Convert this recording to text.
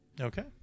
Okay